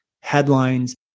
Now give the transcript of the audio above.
headlines